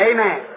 Amen